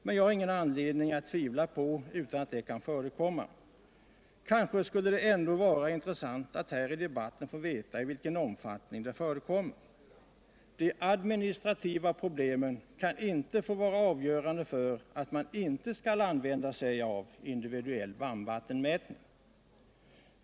men jag har ingen anledning tvivla på att detta kan förekomma. Men kanske skulle det ändå vara intressant att här i debatten få veta i vilken omfattning det förekommer. De administrativa problemen kan inte få vara avgörande för att inte använda sig av individuell varmvattenmätning.